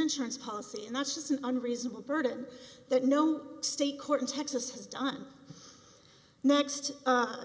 insurance policy and that's just an unreasonable burden that no state court in texas has done next